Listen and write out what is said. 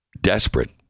desperate